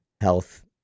health